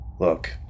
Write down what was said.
Look